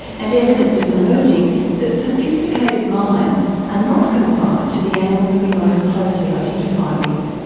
and evidence is emerging that sophisticated minds are not confined to the animals we most closely identify with.